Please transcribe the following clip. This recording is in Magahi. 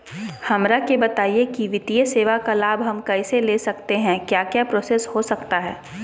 हमरा के बताइए की वित्तीय सेवा का लाभ हम कैसे ले सकते हैं क्या क्या प्रोसेस हो सकता है?